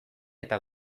eta